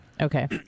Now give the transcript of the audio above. Okay